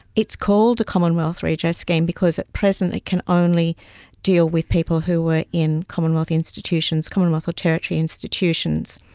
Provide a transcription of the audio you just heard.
it's called the commonwealth redress scheme because at present it can only deal with people who were in commonwealth institutions, commonwealth or territory institutions.